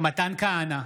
מתן כהנא,